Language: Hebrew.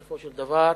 בסופו של דבר,